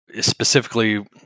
specifically